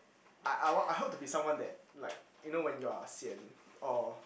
I I want I hope to be someone that like you know when you're sian or